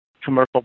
commercial